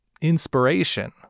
inspiration